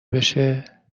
بشه